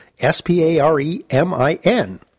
S-P-A-R-E-M-I-N